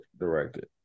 directed